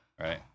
Right